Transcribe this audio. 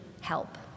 help